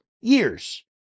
years